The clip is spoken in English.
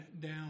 down